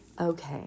Okay